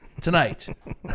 Tonight